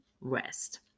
rest